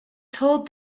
told